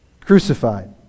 crucified